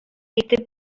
итеп